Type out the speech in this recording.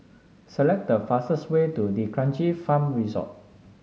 select the fastest way to D'Kranji Farm Resort